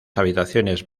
habitaciones